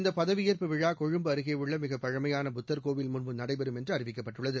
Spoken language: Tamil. இந்தப் பதவியேற்பு விழா கொழும்பு அருகேயுள்ள மிகப் பழமையாள புத்தர் கோவில் முன்பு நடைபெறும் என்று அறிவிக்கப்பட்டுள்ளது